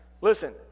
Listen